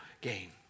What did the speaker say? gain